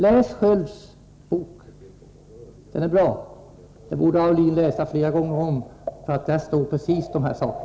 Läs Skölds bok, den är bra — den borde Olle Aulin läsa flera gånger om — där står precis dessa saker.